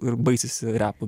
ir baisisi repu